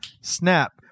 snap